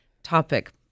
Topic